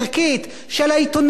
של העורך של העיתון,